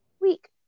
week